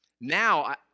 Now